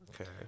Okay